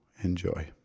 Enjoy